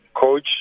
coach